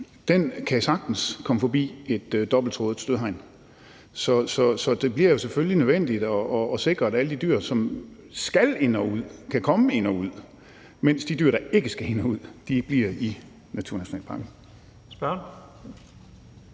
f.eks. sagtens komme forbi et dobbelttrådet stødhegn. Så det bliver jo selvfølgelig nødvendigt at sikre, at alle de dyr, som skal ind og ud, kan komme ind og ud, mens de dyr, der ikke skal ind og ud, bliver i naturnationalparkerne.